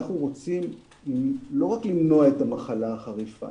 אנחנו רוצים לא רק למנוע את המחלה החריפה,